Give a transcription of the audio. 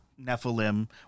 Nephilim